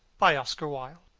by oscar wilde